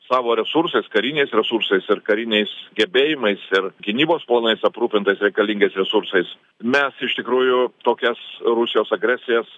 savo resursais kariniais resursais ir kariniais gebėjimais ir gynybos planais aprūpintais reikalingais resursais mes iš tikrųjų tokias rusijos agresijas